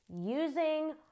using